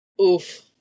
Oof